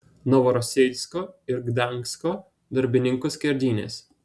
novorosijsko ir gdansko darbininkų skerdynės